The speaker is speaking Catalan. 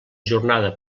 jornada